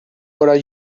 gora